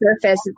surface